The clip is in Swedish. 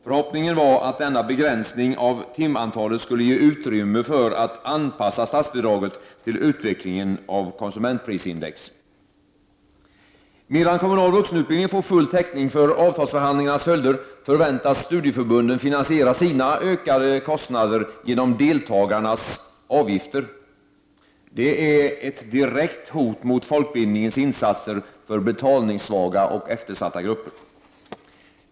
Förhoppningen var att denna begränsning av timantalet skulle ge utrymme för att anpassa statsbidraget till utvecklingen av konsumentprisindex. Medan kommunal vuxenutbildning får full täckning för avtalsförhandlingarnas följder förväntas studieförbunden finansiera sina ökade kostnader genom deltagarnas avgifter. Det är ett direkt hot mot folkbildningens insatser för betalningssvaga och eftersatta grupper.